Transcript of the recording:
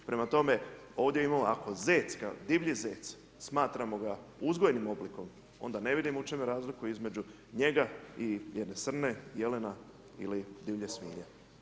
Prema tome, ovdje imamo, ako zec kao divlji zec smatramo ga uzgojenim oblikom, onda ne vidim u čem je razlika između njega i jedne srne, jelena ili divlje svinje.